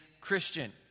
Christian